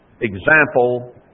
example